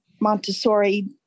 Montessori